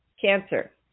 cancer